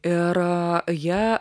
ir jie